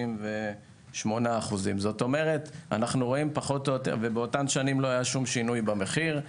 38%, ובאותן שנים לא היה שינוי במחיר.